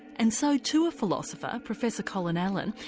and so to a philosopher, professor colin allen,